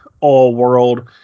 all-world